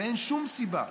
ואין שום סיבה,